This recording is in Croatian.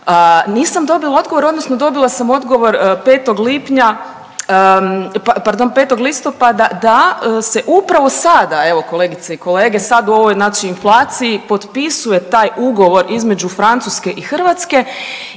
Nisam dobila odgovor, odnosno dobila sam odgovor 5. lipnja, pardon, 5. listopada da se upravo sada, evo, kolegice i kolege, sad u ovoj znači inflaciji, potpisuje taj ugovor između Francuske i Hrvatske